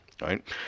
right